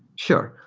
sure.